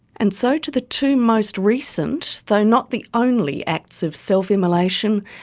and so to the two most recent, though not the only acts of self-immolation,